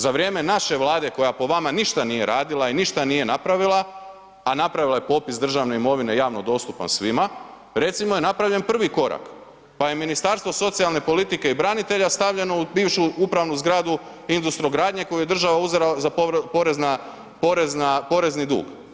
Za vrijeme naše Vlade koja po vama ništa nije radila i ništa nije napravila a napravila je popis državne imovine javno dostupan svima recimo je napravljen prvi korak pa je Ministarstvo socijalne politike i branitelja stavljeno u bivšu upravnu zgradu Industrogradnje koju je država uzela za porezni dug.